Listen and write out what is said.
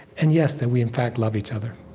and yes, that we, in fact, love each other